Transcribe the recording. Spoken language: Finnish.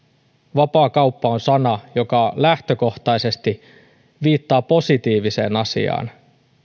vapaakauppa on sana joka lähtökohtaisesti viittaa positiiviseen asiaan